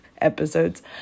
episodes